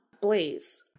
Blaze